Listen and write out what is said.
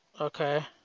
Okay